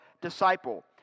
disciple